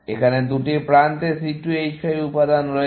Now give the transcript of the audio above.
এখানে দুটি প্রান্তে C2 H5 উপাদান রয়েছে